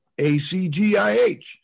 ACGIH